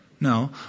No